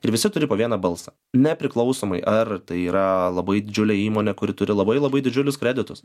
ir visi turi po vieną balsą nepriklausomai ar tai yra labai didžiulė įmonė kuri turi labai labai didžiulius kreditus